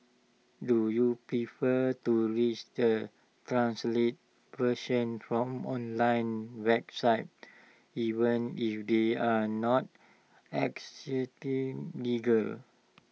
do you prefer to read the translated version from online websites even if they are not legal